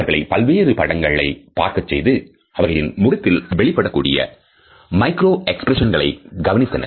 அவர்களை பல்வேறு படங்களை பார்க்கச் செய்து அவர்களின் முகத்தில் வெளிப்படக்கூடிய மைக்ரோ எக்ஸ்பிரஷன்ஸ் களை கவனித்தனர்